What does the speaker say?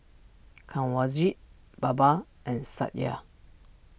Kanwaljit Baba and Satya